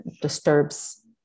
disturbs